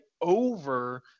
over